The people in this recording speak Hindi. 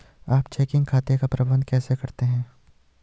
आप चेकिंग खाते का प्रबंधन कैसे करते हैं?